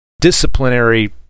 disciplinary